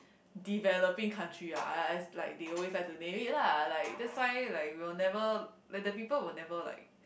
developing country ah I I like like they always like to name it lah like that's why like we will never like the people will never like